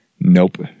Nope